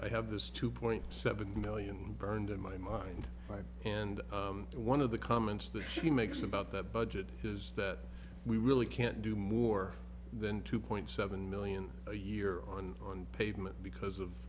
i have this two point seven million burned in my mind and one of the comments that she makes about the budget is that we really can't do more than two point seven million a year on on pavement because of